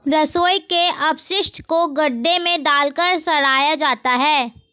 रसोई के अपशिष्ट को गड्ढे में डालकर सड़ाया जाता है